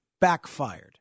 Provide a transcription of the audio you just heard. backfired